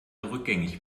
rückgängig